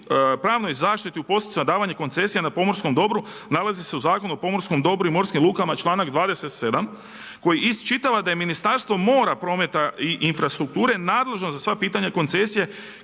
pravnoj zaštiti u postupcima davanja koncesija na pomorskom dobru nalazi se u Zakonu o pomorskom dobru i morskim lukama članak 27. koji iščitava da je Ministarstvo mora, prometa i infrastrukture nadležno za sva pitanja koncesije